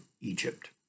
Egypt